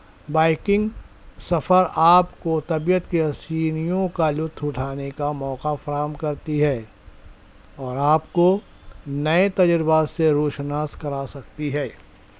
biking سفر آپ کو طبیعت کی اسینیوں کا لُطف اُٹھانے کا موقع فراہم کرتی ہے اور آپ کو نئے تجربات سے روشناس کرا سکتی ہے